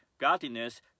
godliness